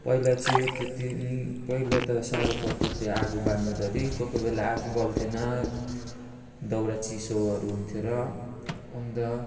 पहिला चाहिँ त्यति पहिला त साह्रो पर्थ्यो त्यो आगो बाल्नुधरि कोही कोही बेला आगो बल्थेन दाउरा चिसोहरू हुन्थ्यो र अन्त